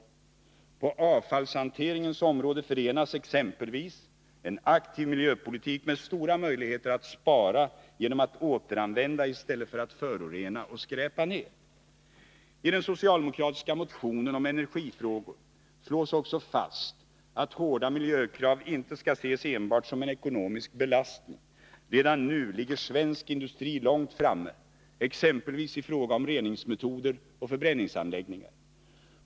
På exempelvis avfallshanteringens område förenas en aktiv miljöpolitik med stora möjligheter att spara genom att man återanvänder i stället för att förorena och skräpa ner. I den socialdemokratiska motionen om energifrågor slås också fast att hårda miljökrav inte skall ses enbart som en ekonomisk belastning. Redan nu ligger svensk industri långt framme exempelvis i fråga om reningsmetoder och förbränningsanläggningar.